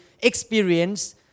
experience